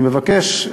אני מבקש,